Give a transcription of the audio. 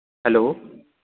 hello